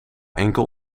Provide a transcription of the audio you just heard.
enkel